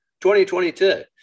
2022